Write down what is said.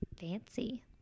Fancy